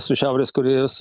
su šiaurės korėjos